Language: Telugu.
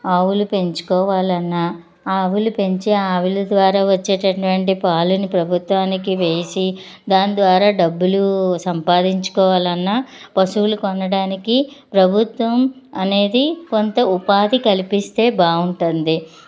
ఆవులు పెంచుకోవాలన్నా ఆవులు పెంచే ఆవులు ద్వారా వచ్చేటటువంటి పాలును ప్రభుత్వానికి వేసి దాని ద్వారా డబ్బులు సంపాదించుకోవాలన్నా పశువులు కొనడానికి ప్రభుత్వం అనేది కొంత ఉపాధి కల్పిస్తే బాగుంటుంది